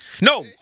No